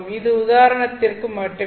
இது உதாரணத்திற்காக மட்டுமே